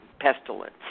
pestilence